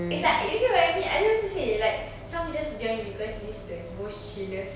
it's like do you get what I mean I don't know how to say like some just join because this is the most chillest